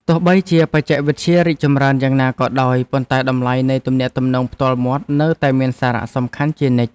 ទោះបីជាបច្ចេកវិទ្យារីកចម្រើនយ៉ាងណាក៏ដោយ ប៉ុន្តែតម្លៃនៃទំនាក់ទំនងផ្ទាល់មាត់នៅតែមានសារៈសំខាន់ជានិច្ច។